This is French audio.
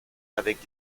avec